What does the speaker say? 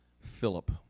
Philip